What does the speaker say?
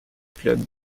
club